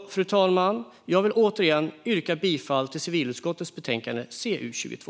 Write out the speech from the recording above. kommun. Fru talman! Jag vill återigen yrka bifall till förslaget i civilutskottets betänkande CU22.